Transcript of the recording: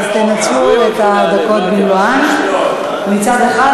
תנצלו את הדקות במלואן מצד אחד,